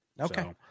Okay